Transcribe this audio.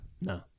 No